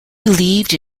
believed